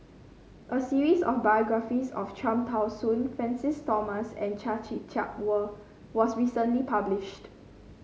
a series of biographies of Cham Tao Soon Francis Thomas and Chia Tee Chiak were was recently published